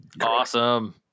Awesome